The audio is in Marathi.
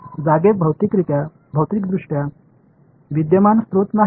जागेत भौतिकदृष्ट्या विद्यमान स्त्रोत नाहीत